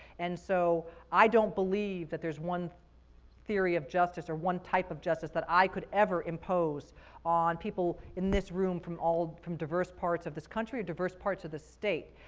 and so i don't believe that there's one theory of justice or one type of justice that i could ever impose on people in this room from all, from diverse parts of this country or diverse parts of this state.